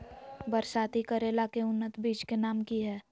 बरसाती करेला के उन्नत बिज के नाम की हैय?